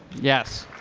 yes.